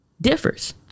differs